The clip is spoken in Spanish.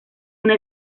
una